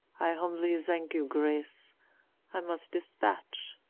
i humbly thank you grace i must dispatch,